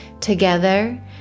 Together